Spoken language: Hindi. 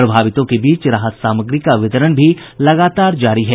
प्रभावितों के बीच राहत सामग्री का वितरण भी लगातार जारी है